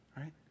right